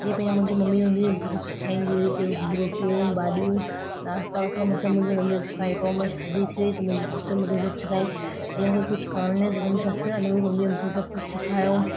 जीअं भई मुंहिंजी मम्मी हूंदी हुई सभु सेखारींदी हुई की रोटियूं भाॼियूं नाश्ता वाश्ता सब मुंहिंजी मम्मी सिखाई पोइ मुंहिंजी शादी थी वई त मुंहिंजी असु सभु सिखाई जीअं मूंखे कुझु करण न ईंदो हुओ न मुंहिंजी ससु ऐं मुंजी मम्मीअ सभु कुझु सेखारियो